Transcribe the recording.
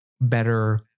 better